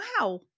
wow